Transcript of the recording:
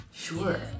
Sure